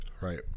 Right